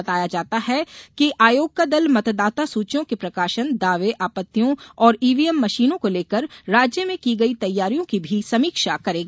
बताया जाता है कि आयोग का दल मतदाता सूचियों के प्रकाशन दावे आपत्तियों और ईवीएम मशीनों को लेकर राज्य में की गई तैयारियों की भी समीक्षा करेगा